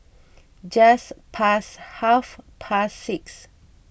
just past half past six